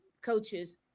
coaches